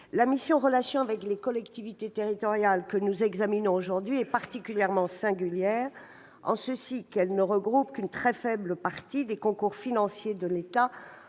la mission « Relations avec les collectivités territoriales » que nous examinons aujourd'hui est particulièrement singulière en ce qu'elle ne regroupe qu'une très faible partie des concours financiers de l'État